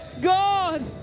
God